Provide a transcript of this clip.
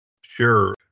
Sure